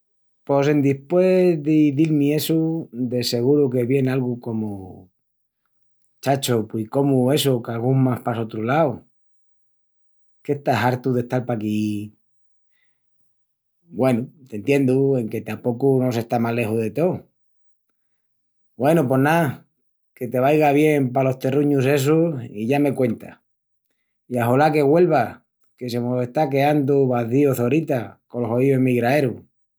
Pos endispués d'izil-mi essu, de seguru que vien algu comu: Chacho, pui cómu essu qu'agusmas pa sotru lau? Qu'estás hartu d'estal paquí? Güenu, t'entiendu enque tapocu no s'está maleju de tó. Güenu, pos ná, que te vaiga bien palos terruñus essus i ya me cuentas, i axolá que güelvas que se mos está queandu vazíu Çorita col hoíu emigraeru.